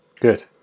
Good